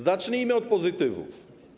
Zacznijmy od pozytywów.